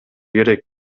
керек